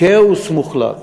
"כאוס מוחלט".